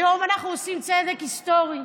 היום אנחנו עושים צדק היסטורי